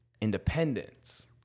independence